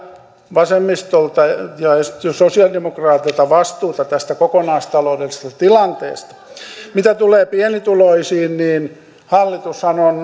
vasemmistolta ja sosialidemokraateilta vastuuta tästä kokonaistaloudellisesta tilanteesta mitä tulee pienituloisiin niin hallitushan on